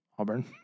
Auburn